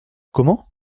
comment